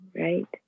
right